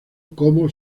como